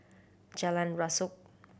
Jalan Rasok